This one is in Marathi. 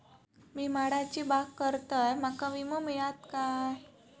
मी माडाची बाग करतंय माका विमो मिळात काय?